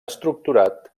estructurat